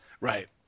Right